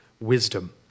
wisdom